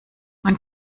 man